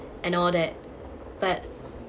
and all that but